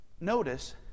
Notice